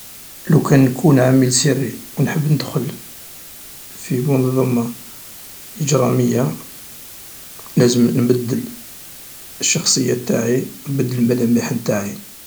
لوكان نكون عميل سري و نحب ندخل في منظمة اجرامية، لازم نبدل الشخصية انتاعي، نبدل الملامح انتاعي.